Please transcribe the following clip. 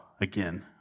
again